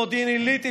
מודיעין עילית,